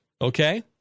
okay